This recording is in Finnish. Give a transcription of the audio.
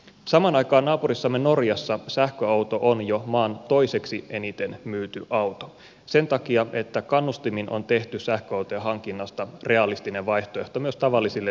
samaan aikaan naapurissamme norjassa sähköauto on jo maan toiseksi eniten myyty auto sen takia että kannustimin on tehty sähköautojen hankinnasta realistinen vaihtoehto myös tavallisille työssäkäyville perheille